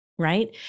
Right